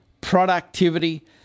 productivity